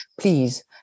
please